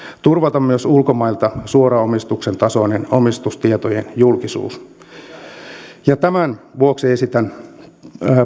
turvata myös ulkomailta suoran omistuksen tasoinen omistustietojen julkisuus tämän vuoksi esitän